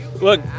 Look